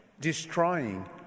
destroying